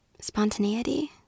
Spontaneity